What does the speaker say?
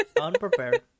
unprepared